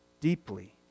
deeply